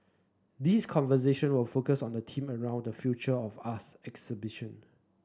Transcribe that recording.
these conversation will focus on the theme around the Future of us exhibition